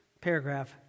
paragraph